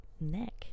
neck